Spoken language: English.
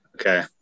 Okay